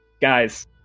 guys